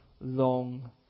long